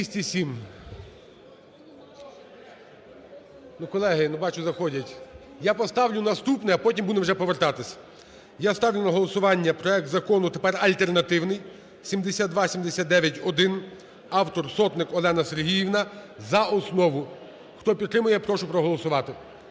За-207 Колеги, бачу заходять. Я поставлю наступне, а потім вже будемо повертатись. Я ставлю на голосування проект Закону, тепер альтернативний, 7279-1 (автор – Сотник Олена Сергіївна) за основу. Хто підтримує, прошу проголосувати,